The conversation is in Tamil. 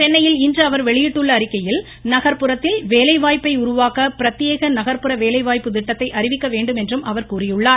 சென்னையில் இன்று அவர் வெளியிட்டுள்ள அறிக்கையில் நகர்ப்புறத்தில் வேலைவாய்ப்பை உருவாக்க பிரத்யேக நகர்ப்புற வேலைவாய்ப்பு திட்டத்தை அறிவிக்க வேண்டும் என்று கூறியுள்ளார்